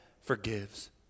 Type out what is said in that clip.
forgives